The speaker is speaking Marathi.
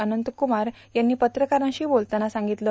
अनंतकुमार यांनी पत्रकारांशी बोलताना सांगितलं